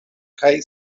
kaj